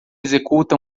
executa